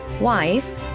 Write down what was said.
wife